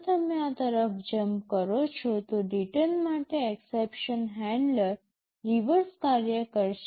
જો તમે આ તરફ જંપ કરો છો તો રિટર્ન માટે એક્સેપ્શન હેન્ડલર રિવર્સ કાર્ય કરશે